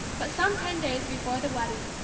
but some ten days before the wedding,